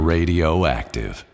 Radioactive